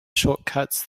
shortcuts